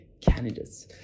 candidates